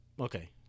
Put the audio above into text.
Okay